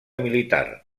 militar